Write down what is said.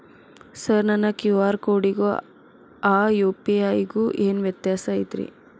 Sir ನನ್ನ QR ಕೊಡಿಗೂ ಆ ಯು.ಪಿ.ಐ ಗೂ ಏನ್ ವ್ಯತ್ಯಾಸ ಐತ್ರಿ?